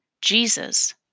Jesus